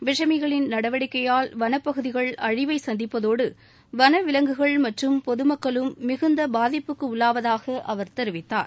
விஷமிகளின் நடவடிக்கைகயால் வனப்பகுதிகள் அழிவை சந்திப்பதோடு வன விலங்குகள் மற்றும் பொதுமக்களும் மிகுந்த பாதிப்புக்கு உள்ளாவதாக அவர் தெரிவித்தார்